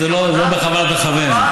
זה לא בכוונת מכוון.